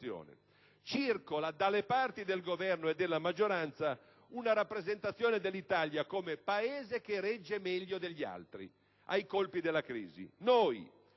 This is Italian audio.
Circola, dalle parti del Governo e della maggioranza, una rappresentazione dell'Italia come «Paese che regge meglio di altri» ai colpi della crisi: noi,